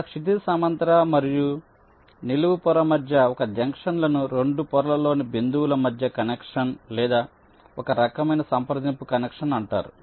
ఒక క్షితిజ సమాంతర మరియు నిలువు పొర మధ్య ఈ జంక్షన్లను 2 పొరలలోని బిందువుల మధ్య కనెక్షన్ లేదా ఒక రకమైన సంప్రదింపు కనెక్షన్ అంటారు